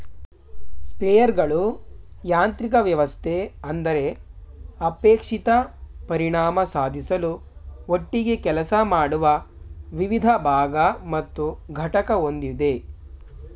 ಸ್ಪ್ರೇಯರ್ಗಳು ಯಾಂತ್ರಿಕ ವ್ಯವಸ್ಥೆ ಅಂದರೆ ಅಪೇಕ್ಷಿತ ಪರಿಣಾಮ ಸಾಧಿಸಲು ಒಟ್ಟಿಗೆ ಕೆಲಸ ಮಾಡುವ ವಿವಿಧ ಭಾಗ ಮತ್ತು ಘಟಕ ಹೊಂದಿದೆ